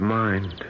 mind